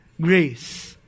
grace